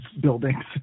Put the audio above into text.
buildings